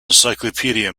encyclopedia